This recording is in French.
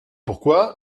pourquoi